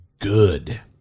good